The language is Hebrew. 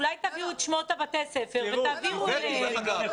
אולי תביאו את שמות בתי הספר ותעבירו להם?